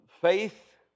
faith